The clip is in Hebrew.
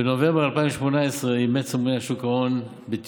בנובמבר 2018 אימץ הממונה על שוק ההון ד"ר משה ברקת,